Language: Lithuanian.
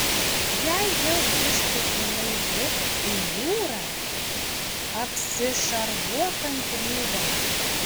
jei jau išplaukei laivu į jūrą apsišarvuok kantrybe